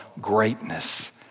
greatness